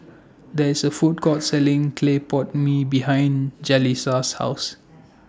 There IS A Food Court Selling Clay Pot Mee behind Jalisa's House